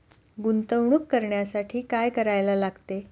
गुंतवणूक करण्यासाठी काय करायला लागते?